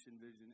vision